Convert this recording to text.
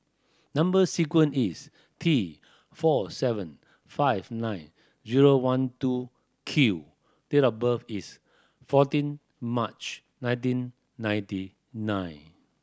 number sequence is T four seven five nine zero one two Q date of birth is fourteen March nineteen ninety nine